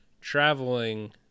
traveling